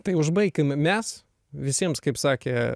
tai užbaikim mes visiems kaip sakė